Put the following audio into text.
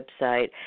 website